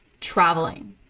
traveling